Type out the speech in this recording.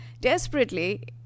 Desperately